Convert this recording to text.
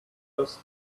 does